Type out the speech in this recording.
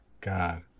God